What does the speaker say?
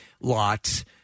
lots